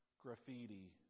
graffiti